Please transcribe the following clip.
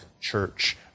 church